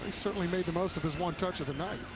and certainly made the most of this one touch of the night.